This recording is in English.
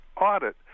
audit